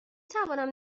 توانم